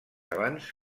abans